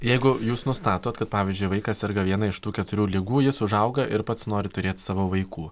jeigu jūs nustatot kad pavyzdžiui vaikas serga viena iš tų keturių ligų jis užauga ir pats nori turėt savo vaikų